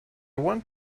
want